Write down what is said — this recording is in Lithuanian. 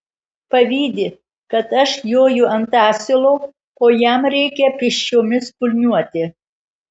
pavydi kad aš joju ant asilo o jam reikia pėsčiomis kulniuoti